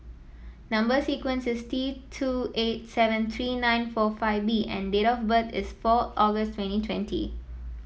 number sequence is T two eight seven three nine four five B and date of birth is four August twenty twenty